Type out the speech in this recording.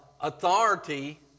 authority